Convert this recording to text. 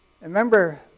Remember